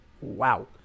Wow